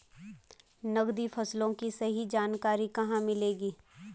नकदी फसलों की सही जानकारी कहाँ मिलेगी?